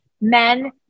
Men